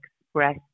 express